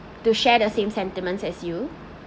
to share the same sentiments as you